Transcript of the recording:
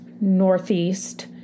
northeast